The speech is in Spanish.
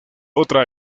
otra